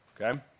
okay